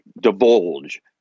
divulge